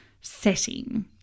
setting